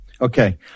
Okay